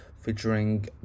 featuring